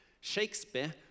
Shakespeare